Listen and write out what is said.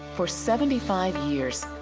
for seventy five years,